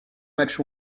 matchs